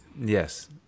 Yes